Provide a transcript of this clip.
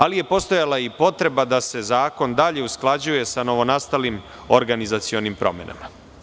Ali je postojala i potreba da se zakon dalje usklađuje sa novonastalim organizacionim promenama.